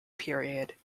period